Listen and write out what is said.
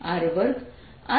ds છે